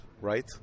right